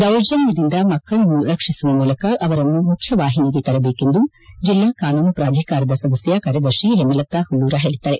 ದೌರ್ಜನ್ನದಿಂದ ಮಕ್ಕಳನ್ನು ರಕ್ಷಿಸುವ ಮೂಲಕ ಅವರನ್ನು ಮುಖ್ಯ ವಾಹಿನಿಗೆ ತರಬೇಕೆಂದು ಜಿಲ್ಲಾ ಕಾನೂನು ಪುಧಿಕಾರದ ಸದಸ್ಯ ಕಾರ್ಯದರ್ಶಿ ಹೇಮಲತಾ ಹುಲ್ಲೂರ ಹೇಳಿದ್ದಾರೆ